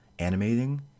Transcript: animating